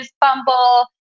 Bumble